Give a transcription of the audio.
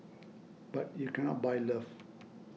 but you cannot buy love